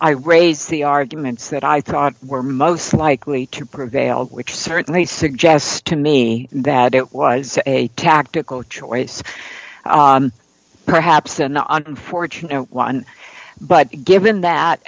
i raise the arguments that i thought were most likely to prevail which certainly suggests to me that it was a tactical choice perhaps an unfortunate one but given that